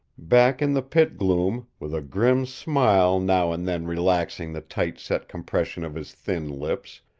back in the pit-gloom, with a grim smile now and then relaxing the tight-set compression of his thin lips,